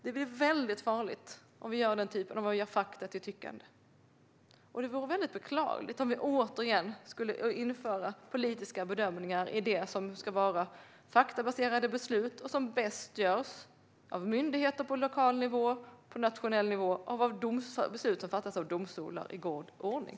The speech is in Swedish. Det blir väldigt farligt om vi gör fakta till tyckande, och det vore beklagligt om vi återigen skulle införa politiska bedömningar i det som ska vara faktabaserade beslut som bäst fattas av myndigheter på lokal och nationell nivå samt av domstolar i god ordning.